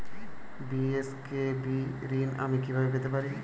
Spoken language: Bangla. বি.এস.কে.বি ঋণ আমি কিভাবে পেতে পারি?